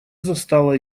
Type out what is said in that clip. застала